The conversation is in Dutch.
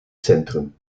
centrum